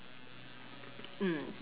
mm